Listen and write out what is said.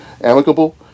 amicable